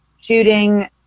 shooting